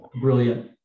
brilliant